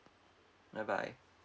bye bye